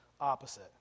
opposite